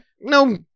No